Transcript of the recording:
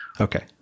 Okay